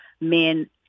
men